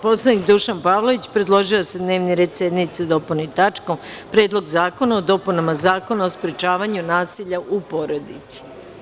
Narodni poslanik Dušan Pavlović predložio je da se dnevni red sednice dopuni tačkom – Predlog zakona o dopunama Zakona o sprečavanju nasilja u porodici.